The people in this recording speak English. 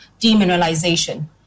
demineralization